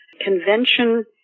convention